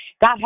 God